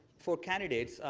for candidates,